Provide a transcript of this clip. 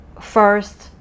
first